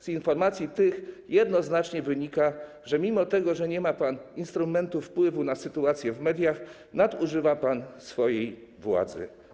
Z informacji tych jednoznacznie wynika, że mimo że nie ma pan instrumentów wpływu na sytuację w mediach, nadużywa pan swojej władzy.